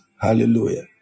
Hallelujah